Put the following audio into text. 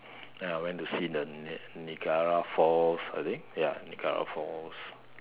then I went to see the Niagara falls I think ya Niagara falls